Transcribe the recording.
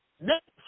next